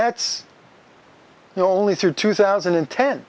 that's only through two thousand and ten